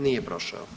Nije prošao.